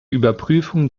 überprüfung